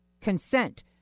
Consent